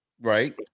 right